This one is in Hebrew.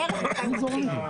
הערב מתי מתחיל.